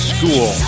School